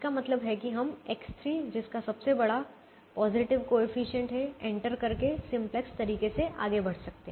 इसका मतलब है कि हम X3 जिसका सबसे बड़ा पॉजिटिव कोएफिशिएंट है एंटर करके सिंपलेक्स तरीके से आगे बढ़ सकते हैं